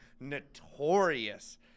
notorious